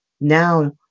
now